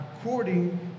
according